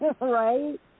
right